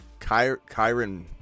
Kyron